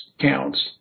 counts